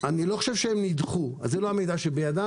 אני לא חושב שהם נדחו, זה לא המידע שבידיי.